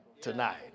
tonight